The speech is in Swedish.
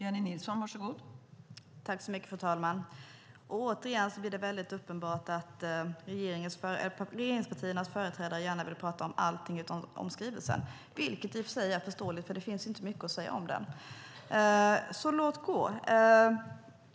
Fru talman! Återigen blir det väldigt uppenbart att regeringspartiernas företrädare gärna vill prata om allt utom om skrivelsen. Det är i och för sig förståeligt, eftersom det inte finns så mycket att säga om den.